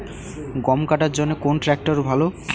গম কাটার জন্যে কোন ট্র্যাক্টর ভালো?